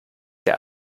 der